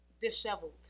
disheveled